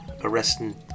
Arresting